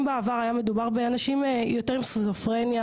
אם בעבר היה מדובר על אנשים יותר עם סכיזופרניה,